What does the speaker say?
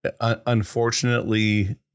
unfortunately